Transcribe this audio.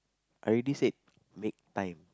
I already said make time